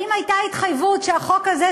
האם הייתה התחייבות שהחוק הזה,